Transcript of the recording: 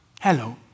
Hello